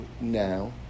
now